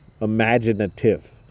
imaginative